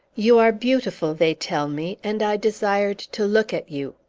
you are beautiful, they tell me and i desired to look at you.